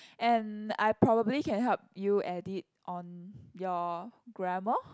and I probably can help you edit on your grammar